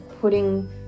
putting